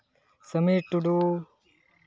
Samir Tudu